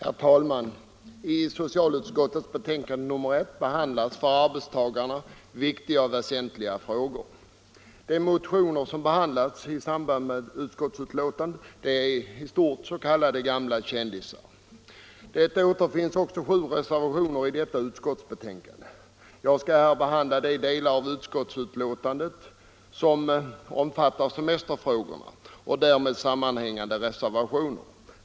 Herr talman! I socialutskottets betänkande nr 1 behandlas för arbets 165 tagarna viktiga och väsentliga frågor. De motioner som behandlas är i stort sett s.k. gamla kändisar. Det återfinns också sju reservationer i detta utskottsbetänkande. Jag skall här ta upp de delar av betänkandet som omfattar semesterfrågan och därmed sammanhängande reservationer.